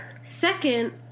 second